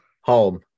Home